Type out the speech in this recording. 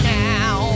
now